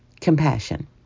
compassion